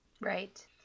Right